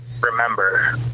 remember